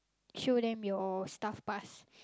show them your staff pass